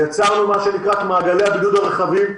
יצרנו את מעגלי הבידוד הרחבים.